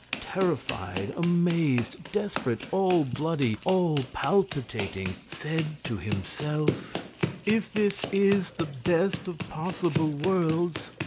terrified, amazed, desperate, all bloody, all palpitating, said to himself if this is the best of possible worlds,